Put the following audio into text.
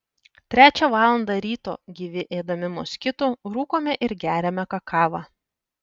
trečią valandą ryto gyvi ėdami moskitų rūkome ir geriame kakavą